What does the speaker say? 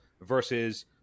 versus